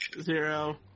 zero